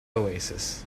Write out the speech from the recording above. oasis